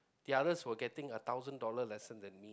the others were getting a thousand dollar lesser than me